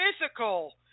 physical